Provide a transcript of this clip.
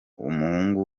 umuhungu